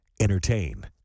entertain